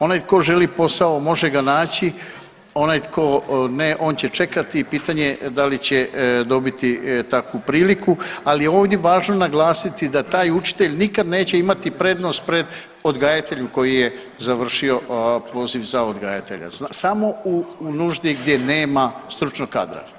Onaj tko želi posao može ga naći, onaj tko ne on će čekati i pitanje da li će dobiti takvu priliku, ali je ovdje važno naglasiti da taj učitelj nikad neće imati prednost pred odgajateljem koji je završio poziv za odgajatelja, samo u nuždi gdje nema stručnog kadra.